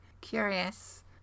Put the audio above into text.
curious